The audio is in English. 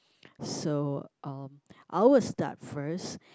so um I will start first